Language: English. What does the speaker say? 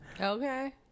okay